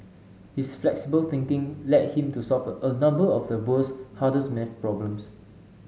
his flexible thinking led him to solve a number of the world's hardest math problems